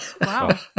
Wow